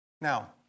Now